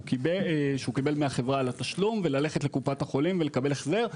קיבל מהחברה על התשלום וללכת לקופת החולים ולקבל החזר,